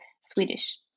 Swedish